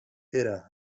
era